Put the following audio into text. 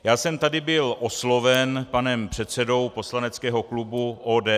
Já jsem tady byl osloven panem předsedou poslaneckého klubu ODS.